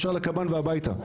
ישר לקב"ן והביתה.